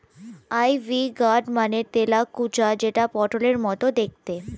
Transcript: ivy gourd মানে তেলাকুচা যেটা পটলের মতো দেখতে